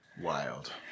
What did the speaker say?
Wild